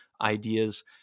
ideas